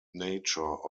nature